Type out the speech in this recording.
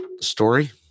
story